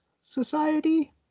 society